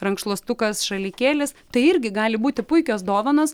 rankšluostukas šalikėlis tai irgi gali būti puikios dovanos